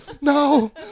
no